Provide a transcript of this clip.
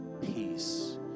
peace